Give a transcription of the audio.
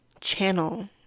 channel